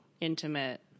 intimate